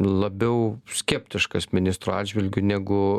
labiau skeptiškas ministro atžvilgiu negu